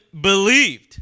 believed